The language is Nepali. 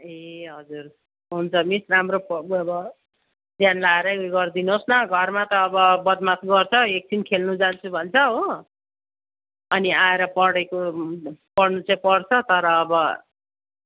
ए हजुर हुन्छ मिस राम्रो पढ़ अब ध्यान लाएरै गरिदिनुहोस् न घरमा त अब बदमास गर्छ एकछिन खेल्नु जान्छु भन्छ हो अनि आएर पढेको पढ्नु चाहिँ पढ्छ तर अब